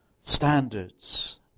standards